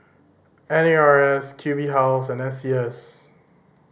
N A R S Q B House and S C S